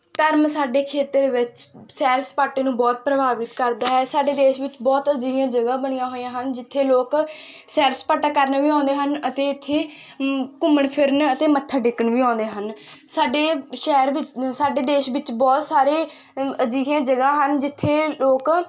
ਧਰਮ ਸਾਡੇ ਖਿੱਤੇ ਵਿੱਚ ਸੈਰ ਸਪਾਟੇ ਨੂੰ ਬਹੁਤ ਪ੍ਰਭਾਵਿਤ ਕਰਦਾ ਹੈ ਸਾਡੇ ਦੇਸ਼ ਵਿੱਚ ਬਹੁਤ ਅਜਿਹੀਆਂ ਜਗ੍ਹਾ ਬਣੀਆਂ ਹੋਈਆਂ ਹਨ ਜਿੱਥੇ ਲੋਕ ਸੈਰ ਸਪਾਟਾ ਕਰਨ ਵੀ ਆਉਂਦੇ ਹਨ ਅਤੇ ਇੱਥੇ ਘੁੰਮਣ ਫਿਰਨ ਅਤੇ ਮੱਥਾ ਟੇਕਣ ਵੀ ਆਉਂਦੇ ਹਨ ਸਾਡੇ ਸ਼ਹਿਰ ਵਿ ਸਾਡੇ ਦੇਸ਼ ਵਿੱਚ ਬਹੁਤ ਸਾਰੇ ਅਜਿਹੀਆਂ ਜਗ੍ਹਾ ਹਨ ਜਿੱਥੇ ਲੋਕ